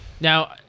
Now